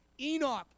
Enoch